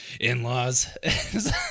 in-laws